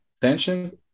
tensions